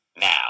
now